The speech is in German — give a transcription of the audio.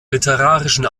literarischen